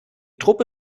truppe